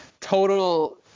total